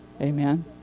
Amen